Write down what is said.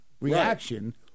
reaction